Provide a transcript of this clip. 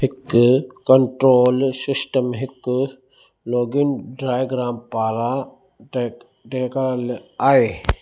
हिकु control system हिकु login diagram पारां ट्रैक डे॒खारल आहे